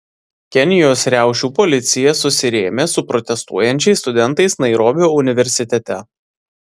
kenijos riaušių policija susirėmė su protestuojančiais studentais nairobio universitete